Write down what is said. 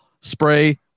spray